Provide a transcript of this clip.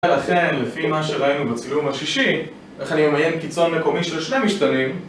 ולכן, לפי מה שראינו בצילום השישי, איך אני ממיין קיצון מקומי של שני משתנים